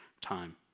time